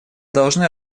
должны